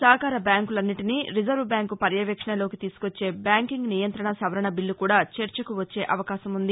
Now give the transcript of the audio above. సహకార బ్యాంకులన్నింటినీ reserve bank పర్యవేక్షణలోకి తీసుకొచ్చే బ్యాంకింగ్ నియంత్రణ సవరణ బిల్లు కూడా చర్చకు వచ్చే అవకాశం ఉంది